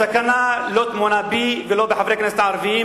הסכנה לא טמונה בי ולא בחברי הכנסת הערבים